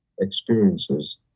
experiences